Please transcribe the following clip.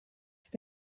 have